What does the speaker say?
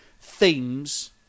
themes